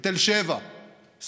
בתל שבע,